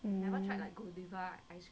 mm